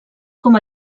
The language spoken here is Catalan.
com